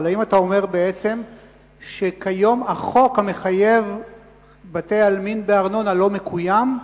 אבל האם אתה אומר בעצם שכיום החוק המחייב בתי-עלמין בארנונה לא מקוים?